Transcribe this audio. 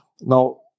Now